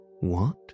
What